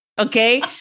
Okay